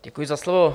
Děkuji za slovo.